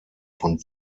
von